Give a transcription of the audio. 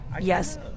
Yes